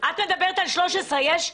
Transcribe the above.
את מדברת על 13 שנים.